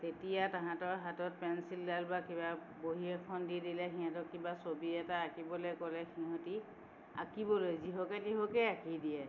তেতিয়া তাহাঁতৰ হাতত পেঞ্চিলডাল বা কিবা বহী এখন দি দিলে সিহঁতক কিবা ছবি এটা আঁকিবলে ক'লে সিহঁতি আঁকিবলৈ যিহকে তিহকে আঁকি দিয়ে